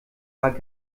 war